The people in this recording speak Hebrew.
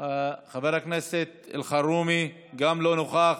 חבר הכנסת אלחרומי גם לא נוכח.